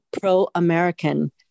pro-American